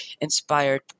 inspired